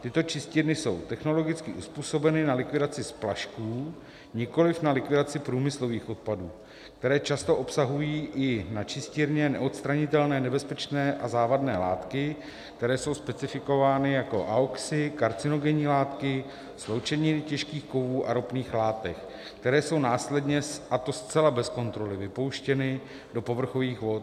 Tyto čistírny jsou technologicky uzpůsobeny na likvidaci splašků, nikoliv na likvidaci průmyslových odpadů, které často obsahují i na čistírně neodstranitelné nebezpečné a závadné látky, které jsou specifikovány jako AOXy, karcinogenní látky, sloučeniny těžkých kovů a ropných látek, které jsou následně, a to zcela bez kontroly, vypouštěny do povrchových vod.